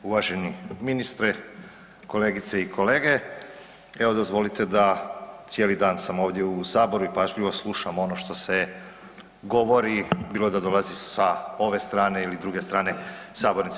Uvaženi ministre, kolegice i kolege evo dozvolite da cijeli dan sam ovdje u saboru i pažljivo slušam ono što se govori bilo da dolazi sa ove strane ili druge strane sabornice.